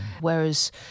Whereas